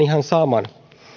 ihan sama